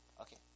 okay